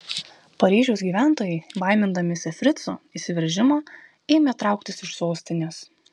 paryžiaus gyventojai baimindamiesi fricų įsiveržimo ėmė trauktis iš sostinės